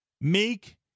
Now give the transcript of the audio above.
Make